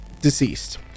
deceased